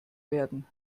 werden